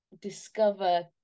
discover